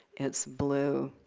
it's blue.